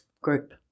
group